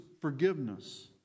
forgiveness